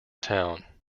town